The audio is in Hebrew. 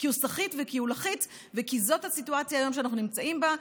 כי הוא סחיט וכי הוא לחיץ וכי זאת הסיטואציה היום שאנחנו נמצאים בה.